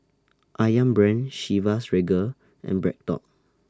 Ayam Brand Chivas Regal and BreadTalk